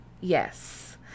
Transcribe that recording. Yes